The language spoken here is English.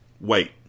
Wait